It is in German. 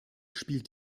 spielt